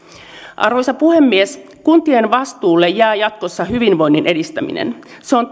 arvoisa puhemies kuntien vastuulle jää jatkossa hyvinvoinnin edistäminen se on